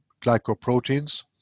glycoproteins